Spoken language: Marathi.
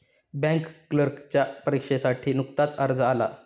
बँक क्लर्कच्या परीक्षेसाठी नुकताच अर्ज आला